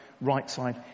right-side